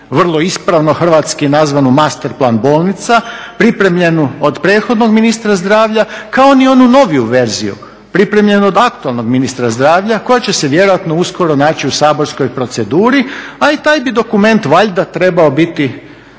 vrlo ispravno hrvatski nazvano master plan bolnica pripremljenu od prethodnog ministra zdravlja kao ni onu noviju verziju pripremljenu od aktualnog ministra zdravlja koja će se vjerojatno uskoro naći u saborskoj proceduri a i taj bi dokument valjda trebao biti